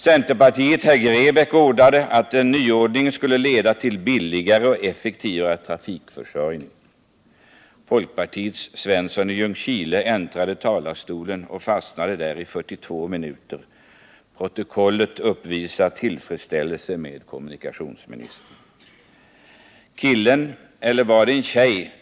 Centerpartiets herr Grebäck ordade att denna nya ordning skulle leda till billigare och effektivare trafikförsörjning. Folkpartiets Svensson i Ljungskile äntrade talarstolen och fastnade där i 42 minuter. Protokollet uppvisar tillfredsställelse med kommunikationsministern. Killen — eller var det en tjej?